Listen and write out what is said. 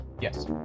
Yes